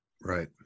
Right